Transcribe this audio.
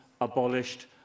abolished